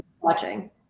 Watching